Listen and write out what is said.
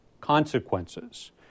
consequences